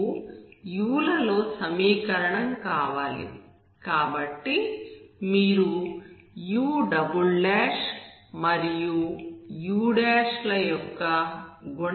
మీకు u లలో సమీకరణం కావాలి కాబట్టి మీరు u మరియు u ల యొక్క గుణకాలను సేకరిస్తారు